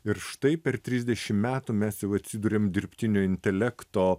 ir štai per trisdešim metų mes jau atsiduriam dirbtinio intelekto